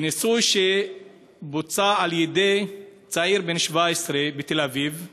בניסוי שבוצע על-ידי צעיר בן 17 בתל-אביב,